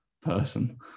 person